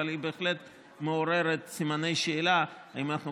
אבל היא בהחלט מעוררת סימני שאלה אם אנחנו